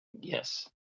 Yes